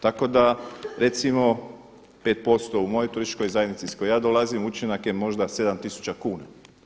Tako da recimo 5 posto u mojoj turističkoj zajednici iz koje ja dolazim učinak je možda 7 tisuća kuna.